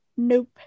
Nope